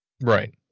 Right